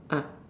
ah